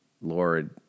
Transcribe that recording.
Lord